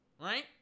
Right